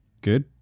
Good